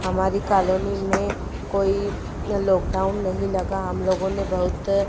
हमारी कॉलोनी में कोई लॉकडाउन नहीं लगा हमलोगों ने बहुत